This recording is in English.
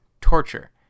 torture